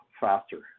faster